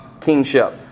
kingship